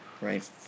Right